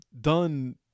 done